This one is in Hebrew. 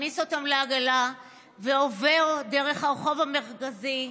מכניס אותם לעגלה ועובר דרך הרחוב המרכזי.